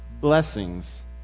blessings